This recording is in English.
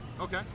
Okay